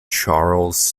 charles